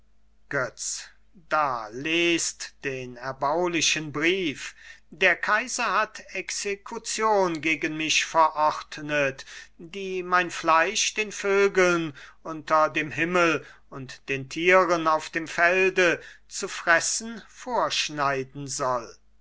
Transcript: götz da lest den erbaulichen brief der kaiser hat exekution gegen mich verordnet die mein fleisch den vögeln unter dem himmel und den tieren auf dem felde zu fressen vorschneiden soll